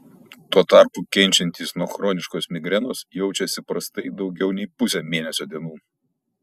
tuo tarpu kenčiantys nuo chroniškos migrenos jaučiasi prastai daugiau nei pusę mėnesio dienų